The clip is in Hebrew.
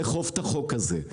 לאכוף את החוק הזה.